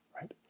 right